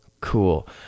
cool